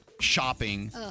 shopping